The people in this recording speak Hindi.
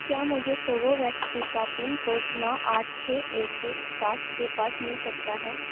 क्या मुझे कोवोवैक्स टीका पिन कोड नौ आठ छः एक एक सात के पास मिल सकता है